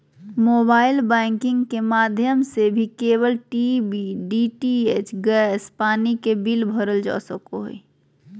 mobile banking के माध्यम से भी केबल टी.वी, डी.टी.एच, गैस, पानी के बिल भरल जा सको हय